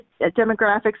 demographics